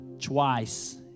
twice